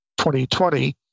2020